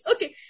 Okay